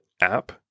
app